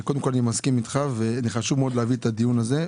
שקודם כל אני מסכים איתך וחשוב מאוד להביא את הדיון הזה,